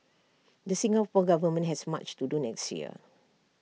the Singapore Government has much to do next year